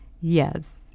Yes